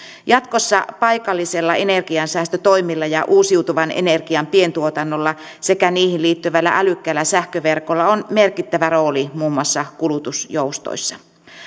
jatkossa paikallisilla energiansäästötoimilla ja uusiutuvan energian pientuotannolla sekä niihin liittyvällä älykkäällä sähköverkolla on merkittävä rooli muun muassa kulutusjoustoissa